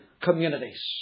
communities